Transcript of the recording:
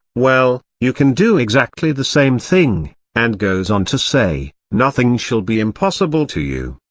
well, you can do exactly the same thing, and goes on to say, nothing shall be impossible to you.